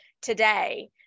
today